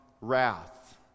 wrath